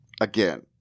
again